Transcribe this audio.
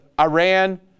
Iran